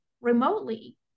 remotely